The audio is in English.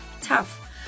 tough